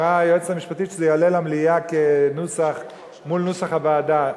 אמרה היועצת המשפטית שזה יעלה למליאה מול נוסח הוועדה.